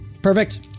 Perfect